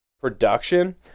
production